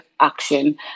action